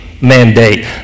mandate